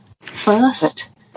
first